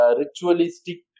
ritualistic